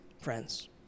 friends